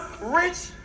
Rich